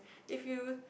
if you